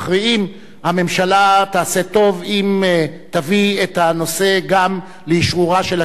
הממשלה תעשה טוב אם תביא את הנושא גם לאישורה של הכנסת,